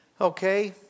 okay